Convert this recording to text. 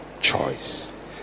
choice